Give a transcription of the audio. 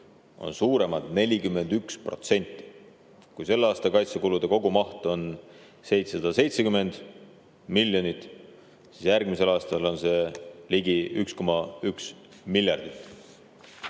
41% suuremad. Kui selle aasta kaitsekulude kogumaht on 770 miljonit, siis järgmisel aastal on see ligi 1,1 miljardit.